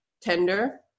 tender